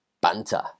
banter